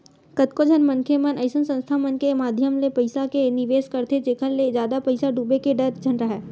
कतको झन मनखे मन अइसन संस्था मन के माधियम ले पइसा के निवेस करथे जेखर ले जादा पइसा डूबे के डर झन राहय